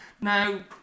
Now